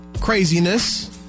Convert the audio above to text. craziness